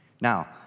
Now